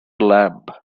lamb